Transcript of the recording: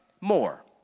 more